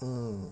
mm